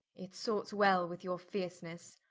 it sorts well with your fiercenesse.